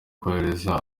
kohereza